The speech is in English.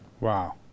Wow